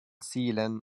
zielen